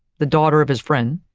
the daughter of his friend,